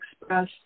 express